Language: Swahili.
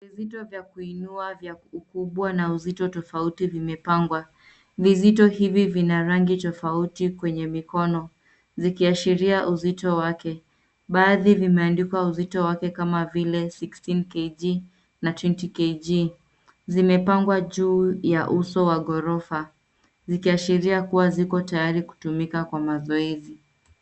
Vitu vya kuinua vya ukubwa na uzito tofauti vimepangwa. Vizito hivi vina rangi tofauti kwenye mikono. Zikiashiria uzito wake. Baadhi vimeandikuwa uzito wake kama vile 16 kg na 20 kg . Zimepangwa juu ya uso wa ghorofa. Zikiashiria kuwa ziko tayari kutumika kwa mazoezi.